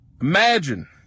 Imagine